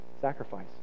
sacrifice